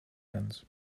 hands